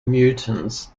mutants